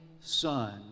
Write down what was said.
son